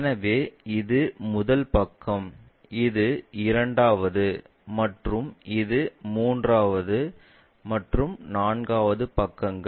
எனவே இது முதல் பக்கம் இது இரண்டாவது மற்றும் இது மூன்றாவது மற்றும் நான்காவது பக்கங்கள்